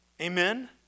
Amen